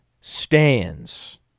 stands